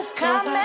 come